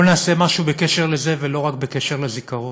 בואו נעשה משהו בקשר לזה, ולא רק בקשר לזיכרון.